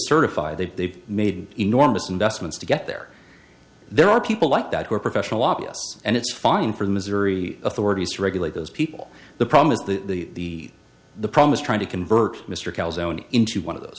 certified they've they've made enormous investments to get there there are people like that who are professional obvious and it's fine for the missouri authorities to regulate those people the problem is the the problem is trying to convert mr cowles own into one of those